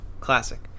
classic